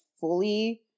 fully